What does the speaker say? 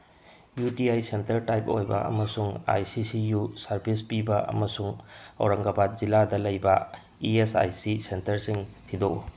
U T I center type ꯑꯣꯏꯕ ꯑꯃꯁꯨꯡ I C C U service ꯄꯤꯕ ꯑꯃꯁꯨꯡ ꯑꯧꯔꯪꯒꯕꯥꯠ ꯖꯤꯂꯥꯗ ꯂꯩꯕ ꯏ ꯑꯦꯁ ꯑꯥꯏ ꯁꯤ ꯁꯦꯟꯇꯔꯁꯤꯡ ꯊꯤꯗꯣꯛꯎ